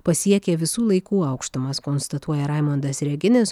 pasiekė visų laikų aukštumas konstatuoja raimundas reginis